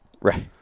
Right